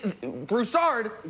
Broussard